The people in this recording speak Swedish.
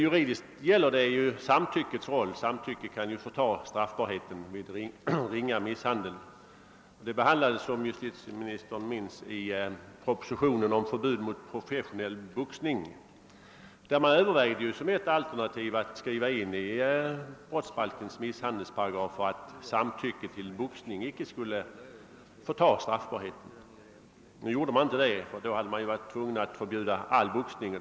Juridiskt gäller det samtyckets roll, eftersom samtycke ju kan förta straffbarheten vid ringa misshandel. Som justitieministern minns behandlades den frågan i propositionen om förbud mot professionell boxning, där man Öövervägde alternativet att skriva in i brottsbalkens misshandelsparagrafer, att samtycke till boxning icke skulle förta straffbarheten. Nu gjorde man inte det, eftersom man då varit tvungen att förbjuda all boxning.